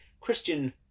Christian